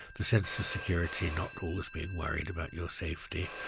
the sense of security not always being worried about your safety,